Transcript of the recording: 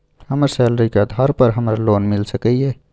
हमर सैलरी के आधार पर हमरा लोन मिल सके ये?